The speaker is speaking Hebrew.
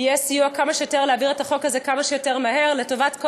יהיה סיוע להעביר את החוק הזה כמה שיותר מהר לטובת כל